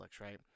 right